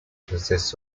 consists